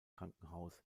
krankenhaus